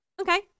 Okay